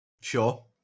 Sure